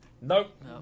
Nope